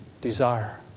Desire